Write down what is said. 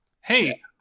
Hey